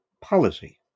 policy